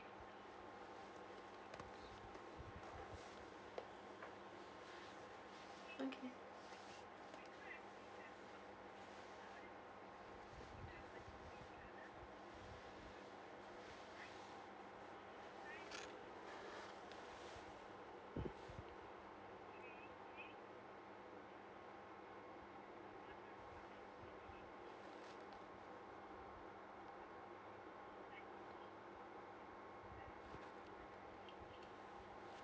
mmhmm